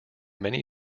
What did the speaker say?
many